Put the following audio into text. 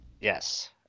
Yes